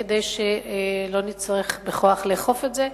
כדי שלא נצטרך לאכוף את זה בכוח,